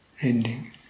ending